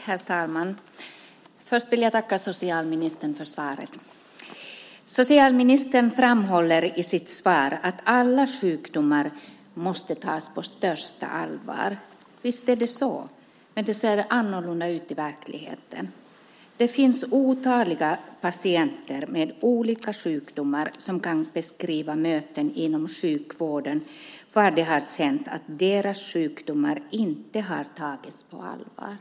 Herr talman! Först vill jag tacka socialministern för svaret. Socialministern framhåller i sitt svar att alla sjukdomar måste tas på största allvar. Visst är det så, men det ser annorlunda ut i verkligheten. Det finns otaliga patienter med olika sjukdomar som kan beskriva möten inom sjukvården där de har känt att deras sjukdomar inte har tagits på allvar.